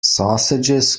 sausages